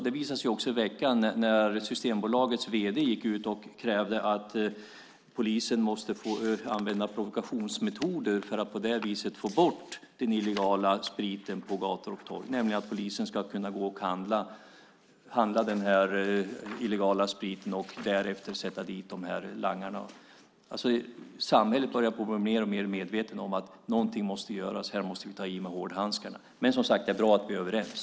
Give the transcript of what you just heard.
Det visade sig också i veckan när Systembolagets vd gick ut och krävde att polisen måste få använda provokationsmetoder för att på det sättet få bort den illegala spriten från gator och torg. Polisen ska kunna handla den illegala spriten och därefter sätta dit langarna. Samhället börjar bli mer och mer medvetet om att någonting måste göras och att vi här måste ta i med hårdhandskarna. Det är bra att vi är överens.